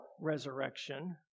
resurrection